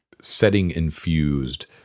setting-infused